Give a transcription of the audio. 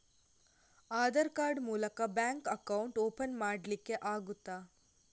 Aadhaar card ಮೂಲಕ bank account open ಮಾಡಲಿಕ್ಕೆ ಆಗುತಾ?